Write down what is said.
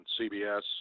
CBS